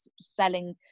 selling